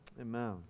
Amen